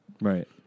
Right